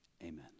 amen